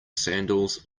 sandals